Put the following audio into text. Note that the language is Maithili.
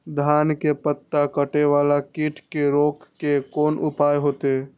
धान के पत्ता कटे वाला कीट के रोक के कोन उपाय होते?